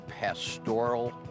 pastoral